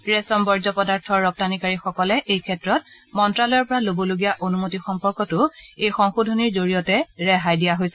ৰেচম বৰ্জ্য পদাৰ্থৰ ৰপ্তানীকাৰীসকলে এই ক্ষেত্ৰত মন্ত্যালয়ৰ পৰা ল'বলগীয়া অনুমতি সম্পৰ্কতো এই সংশোধনীৰ জৰিয়তে ৰেহাই দিয়া হৈছে